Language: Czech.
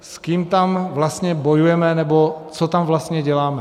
S kým tam vlastně bojujeme, nebo co tam vlastně děláme?